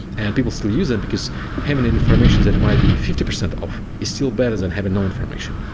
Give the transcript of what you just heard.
and people still use it, because having information that might be fifty percent off is still better than having no information.